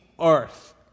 earth